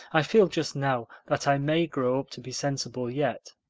i feel just now that i may grow up to be sensible yet.